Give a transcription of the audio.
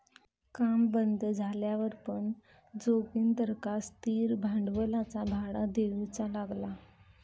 काम बंद झाल्यावर पण जोगिंदरका स्थिर भांडवलाचा भाडा देऊचा लागला